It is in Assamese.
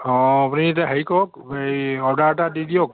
অঁ আপুনি এতিয়া হেৰি কৰক এই অৰ্ডাৰ এটা দি দিয়ক